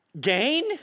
gain